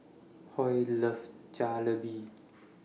Hoy loves Jalebi